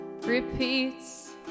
repeats